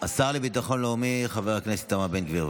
השר לביטחון לאומי חבר הכנסת איתמר בן גביר,